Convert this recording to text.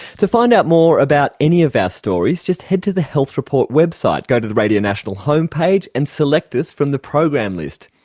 to find out more about any of our stories just head to the health report website. go to the radio national homepage and select us from the program list.